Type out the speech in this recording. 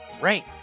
Right